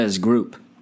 Group